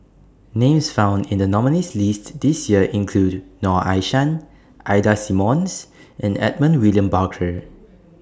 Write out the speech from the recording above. Names found in The nominees' list This Year include Noor Aishah Ida Simmons and Edmund William Barker